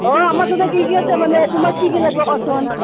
অঁ আমাৰ তাতে কি কি আছে মানে তোমাক কি কি লাগব কচোন